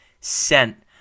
sent